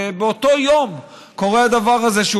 ובאותו יום קורה הדבר הזה,